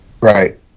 right